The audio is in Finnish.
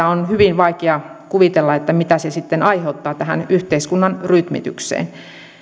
on hyvin vaikea kuvitella mitä tällainen täydellinen aukioloaikojen vapautus sitten aiheuttaa tähän yhteiskunnan rytmitykseen